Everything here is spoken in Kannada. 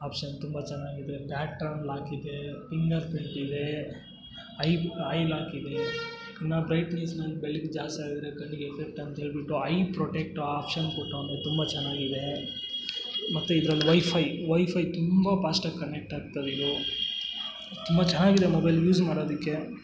ಆಪ್ಷನ್ ತುಂಬ ಚೆನ್ನಾಗಿದೆ ಪ್ಯಾಟರ್ನ್ ಲಾಕಿದೇ ಪಿಂಗರ್ ಪ್ರಿಂಟಿದೇ ಐ ಐ ಲಾಕಿದೆ ಇನ್ನು ಬ್ರೈಟ್ನೆಸ್ನಲ್ಲಿ ಬೆಳಕು ಜಾಸ್ತಿ ಆದರೆ ಕಣ್ಣಿಗೆ ಎಫೆಕ್ಟ್ ಅಂತ ಹೇಳಿಬಿಟ್ಟು ಐ ಪ್ರೊಟೆಕ್ಟು ಆಪ್ಷನ್ ಕೊಟ್ಟವನೆ ತುಂಬ ಚೆನ್ನಾಗಿದೇ ಮತ್ತು ಇದ್ರಲ್ಲಿ ವೈಫೈ ವೈಫೈ ತುಂಬ ಪಾಶ್ಟಾಗಿ ಕನೆಕ್ಟ್ ಆಗ್ತದೆ ಇದು ತುಂಬ ಚೆನ್ನಾಗಿದೆ ಮೊಬೈಲ್ ಯೂಸ್ ಮಾಡೋದಿಕ್ಕೆ